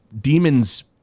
demons